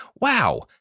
Wow